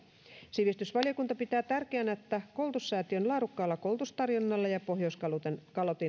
sivistysvaliokunta pitää tärkeänä että koulutussäätiön laadukkaalla koulutustarjonnalla ja pohjoiskalotin